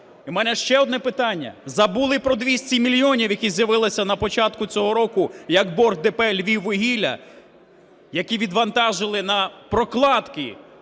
В мене ще одне питання. Забули про 200 мільйонів, які з'явилися на початку цього року як борг ДП "Львіввугілля", які відвантажили на "прокладки"